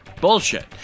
Bullshit